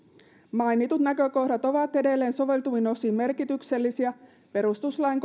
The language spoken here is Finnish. mainitut näkökohdat ovat edelleen soveltuvin osin merkityksellisiä perustuslain